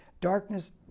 Darkness